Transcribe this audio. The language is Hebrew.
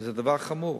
וזה דבר חמור.